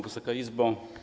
Wysoka Izbo!